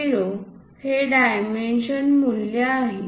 0 हे डायमेंशन मूल्य आहे